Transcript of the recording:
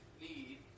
need